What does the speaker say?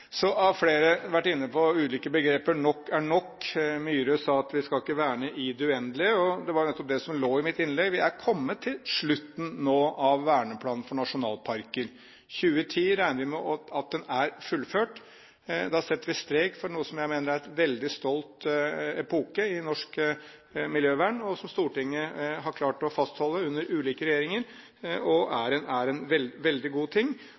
Så har flere vært inne på ulike begreper – at nok er nok, og Myhre sa at vi skal ikke verne i det uendelige. Det var jo nettopp det som lå i mitt innlegg. Vi er nå kommet til slutten av verneplanen for nasjonalparker. I løpet av 2010 regner vi med at den er fullført. Da setter vi strek for noe jeg mener har vært en veldig stolt epoke i norsk miljøvern, og som Stortinget har klart å fastholde under ulike regjeringer. Det er en veldig god ting.